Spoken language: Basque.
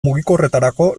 mugikorretarako